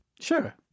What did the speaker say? Sure